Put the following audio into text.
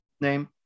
name